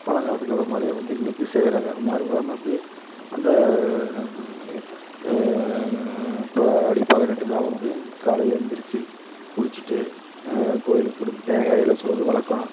பழங்காலத்து கதை மாதிரியே வந்து இன்னைக்கும் செய்யறாங்க மாறுபடாம அப்படியே அந்த இப்போ ஆடி பதினெட்டுனா வந்து காலையில் எந்திரிச்சு குளிச்சிவிட்டு கோயிலுக்கு போயிவிட்டு வந்து தேங்காய்லாம் சுட்றது வழக்கம்